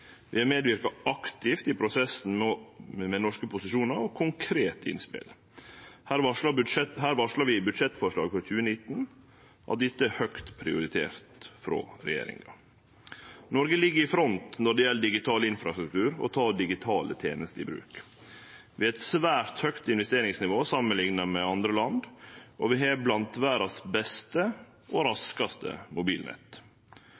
Vi har medverka aktivt i prosessen med norske posisjonar og konkrete innspel. Her varslar vi i budsjettforslaget for 2019 at dette er høgt prioritert frå regjeringa. Noreg ligg i front når det gjeld digital infrastruktur og å ta digitale tenester i bruk. Vi har eit svært høgt investeringsnivå samanlikna med andre land, og vi har blant verdas beste og